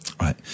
Right